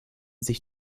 sich